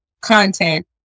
content